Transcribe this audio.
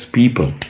people